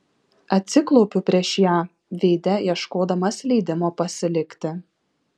atsiklaupiu prieš ją veide ieškodamas leidimo pasilikti